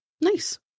Nice